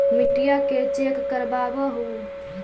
मिट्टीया के चेक करबाबहू?